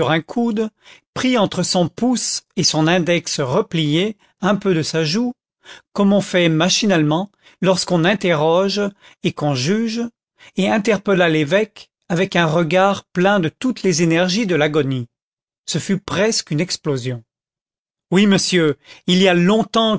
un coude prit entre son pouce et son index replié un peu de sa joue comme on fait machinalement lorsqu'on interroge et qu'on juge et interpella l'évêque avec un regard plein de toutes les énergies de l'agonie ce fut presque une explosion oui monsieur il y a longtemps